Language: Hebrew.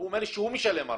הוא אומר לי שהוא משלם ארנונה.